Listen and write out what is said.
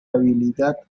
habilidad